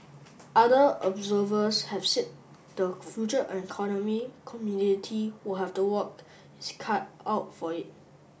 other observers have said the Future Economy community will have to work its cut out for it